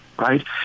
Right